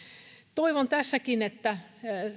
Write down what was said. toivon tässäkin että